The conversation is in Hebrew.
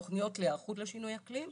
תוכניות להיערכות לשינויי האקלים,